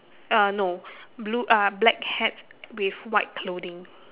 uh no blue uh black hat with white clothing